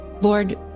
Lord